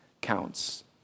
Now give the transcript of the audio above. counts